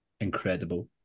incredible